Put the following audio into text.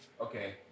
okay